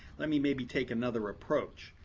let me maybe take another approach,